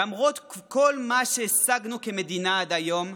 למרות כל מה שהשגנו כמדינה עד היום,